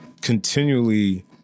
continually